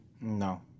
No